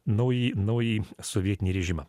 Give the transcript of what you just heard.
naująjį naująjį sovietinį režimą